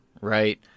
right